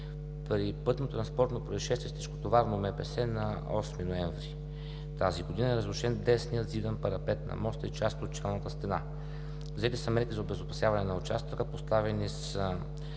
При пътно-транспортно произшествие с тежкотоварно МПС на 8 ноември тази година е разрушен десният зидан парапет на моста и част от челната стена. Взети са мерки за обезопасяване на участъка, поставени са